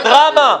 זה דרמה.